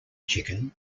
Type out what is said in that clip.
chicken